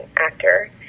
actor